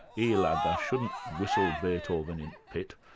ee lad, tha shouldn't whistle beethoven in t'pit,